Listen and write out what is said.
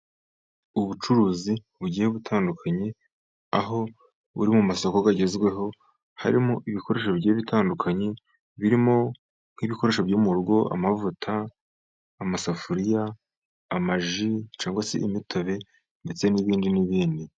Ubucuruzi bugiye gutandukanye aho buri mu masoko agezweho, harimo ibikoresho bitandukanye birimo nk'ibikoresho byo mu rugo, amavuta, amasafuriya, amaji, cyangwa se imitobe ndetse n'ibindi n'ibindi.